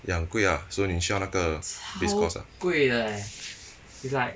ya 很贵 ah so 你需要那个 fixed costs ah